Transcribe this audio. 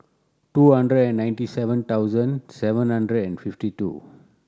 two hundred and ninety seven thousand seven hundred and fifty two